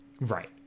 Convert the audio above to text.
Right